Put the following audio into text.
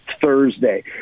Thursday